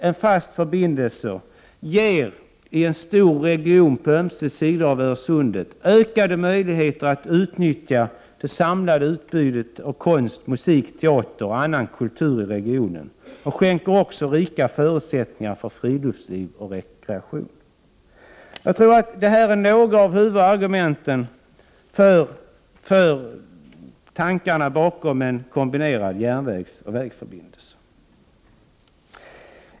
En fast förbindelse ger i en stor region på ömse sidor om Sundet ökade möjligheter att utnyttja det samlade utbudet av konst, musik, teater och annan kultur. Den skänker också rika förutsättningar för friluftsliv och rekreation. Detta är några av huvudargumenten bakom tankarna på en kombinerad järnvägsoch vägförbindelse mellan Sverige och Danmark.